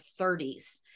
30s